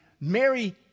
Mary